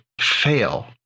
fail